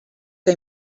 que